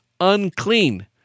unclean